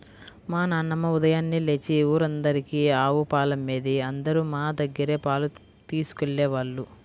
మా నాన్నమ్మ ఉదయాన్నే లేచి ఊరందరికీ ఆవు పాలమ్మేది, అందరూ మా దగ్గరే పాలు తీసుకెళ్ళేవాళ్ళు